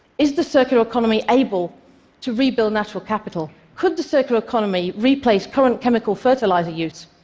is the circular economy able to rebuild natural capital? could the circular economy replace current chemical fertilizer use?